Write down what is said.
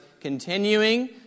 continuing